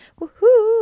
woohoo